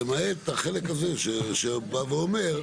למעט החלק הזה שבא ואומר.